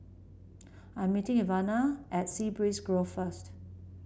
I am meeting Ivana at Sea Breeze Grove first